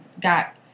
got